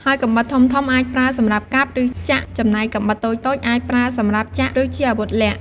ហើយកាំបិតធំៗអាចប្រើសម្រាប់កាប់ ឬចាក់ ចំណែកកាំបិតតូចៗអាចប្រើសម្រាប់ចាក់ ឬជាអាវុធលាក់។